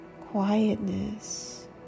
quietness